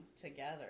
together